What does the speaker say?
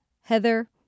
Heather